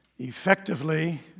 effectively